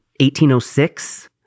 1806